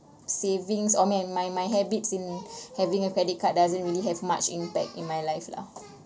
savings or me my my habits in having a credit card doesn't really have much impact in my life lah